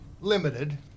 limited